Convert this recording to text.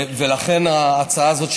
לכן ההצעה הזאת,